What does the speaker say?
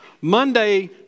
Monday